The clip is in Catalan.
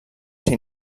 ser